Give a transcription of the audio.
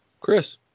Chris